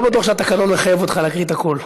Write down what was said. בטוח שהתקנון מחייב אותך להקריא את הכול.